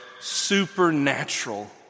supernatural